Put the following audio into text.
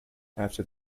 after